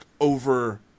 over